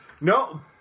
No